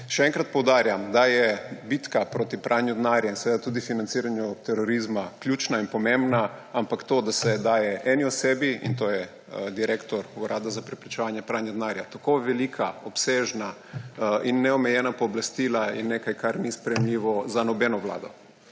Še enkrat poudarjam, da je bitka proti pranju denarja in tudi financiranju terorizma ključna in pomembna, ampak to, da se dajejo eni osebi, in to je direktor Urada za preprečevanje pranja denarja, tako velika, obsežna in neomejena pooblastila, je nekaj, kar ni sprejemljivo za nobeno vlado.